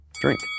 drink